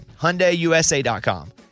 HyundaiUSA.com